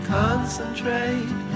concentrate